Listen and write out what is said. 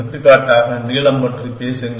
எடுத்துக்காட்டாக நீளம் பற்றி பேசுங்கள்